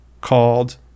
called